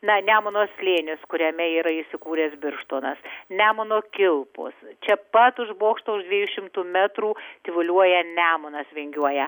na nemuno slėnis kuriame yra įsikūręs birštonas nemuno kilpos čia pat už bokšto už dviejų šimtų metrų tyvuliuoja nemunas vingiuoja